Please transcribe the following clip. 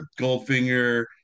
Goldfinger